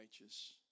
righteous